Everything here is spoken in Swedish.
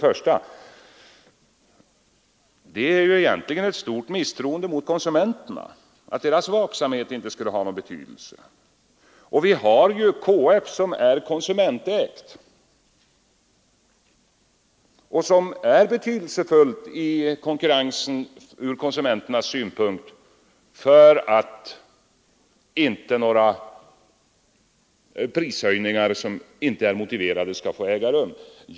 Först och främst är det ett stort misstroende mot konsumenterna att säga att de inte skulle vara vaksamma nog. Vi har ju KF som är konsumentägt och som i konkurrensen ur konsumenternas synpunkt är betydelsefullt för att inte omotiverade prishöjningar skall få äga rum.